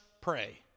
pray